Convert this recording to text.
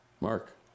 Mark